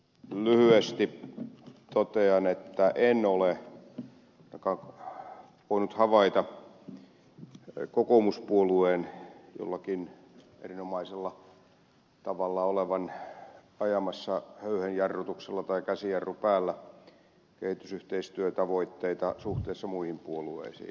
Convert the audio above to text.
ihan lyhyesti totean että en ole voinut havaita kokoomuspuolueen jollakin erinomaisella tavalla olevan ajamassa höyhenjarrutuksella tai käsijarru päällä kehitysyhteistyötavoitteita suhteessa muihin puolueisiin